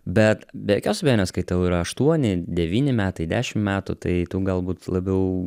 bet be jokios abejonės kai tau yra aštuoni devyni metai dešim metų tai tu galbūt labiau